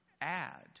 add